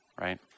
right